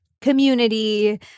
community